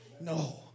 No